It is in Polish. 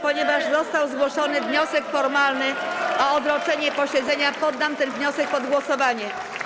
Ponieważ został zgłoszony wniosek formalny o odroczenie posiedzenia, poddam ten wniosek pod głosowanie.